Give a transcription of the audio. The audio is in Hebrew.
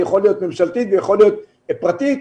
יכולה להיות ממשלתית ויכולה להיות פרטית,